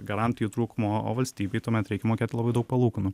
garantijų trūkumo o valstybei tuomet reikia mokėti labai daug palūkanų